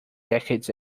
decades